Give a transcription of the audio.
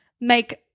make